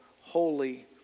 holy